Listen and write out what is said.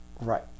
Right